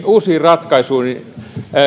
uusiin ratkaisuihin